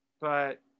but-